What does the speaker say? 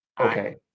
Okay